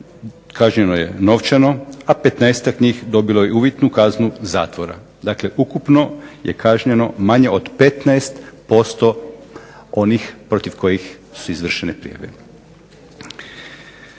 kažnjeno je novčano, a 15-ak njih dobilo je uvjetnu kaznu zatvora, dakle ukupno je kažnjeno manje od 15% onih protiv kojih su izvršene prijave.